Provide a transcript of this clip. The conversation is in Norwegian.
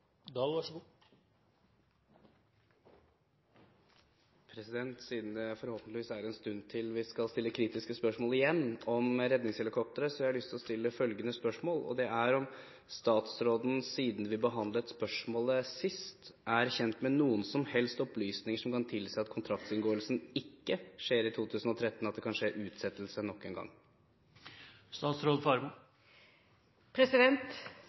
en stund til vi skal stille kritiske spørsmål igjen om redningshelikoptre, har jeg lyst til å stille spørsmål om statsråden siden vi behandlet spørsmålet sist, er kjent med noen som helst opplysninger som kan tilsi at kontraktsinngåelsen ikke skjer i 2013, og at det kanskje blir utsettelse nok en